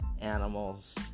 animals